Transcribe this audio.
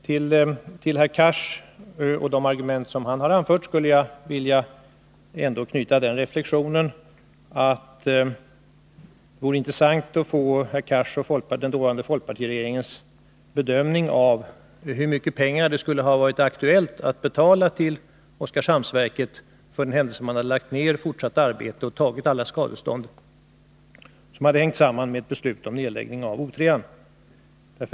Till de argument som herr Cars har anfört skulle jag vilja knyta den reflexionen att det vore intressant att få herr Cars och den dåvarande folkpartiregeringens bedömning av hur mycket pengar det skulle ha varit aktuellt att betala till Oskarshamnsverket för den händelse man hade lagt ned fortsatt arbete på O 3 och tagit alla skadestånd som hade hängt samman med ett beslut om nedläggning.